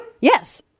Yes